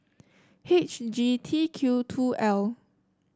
H G T Q two L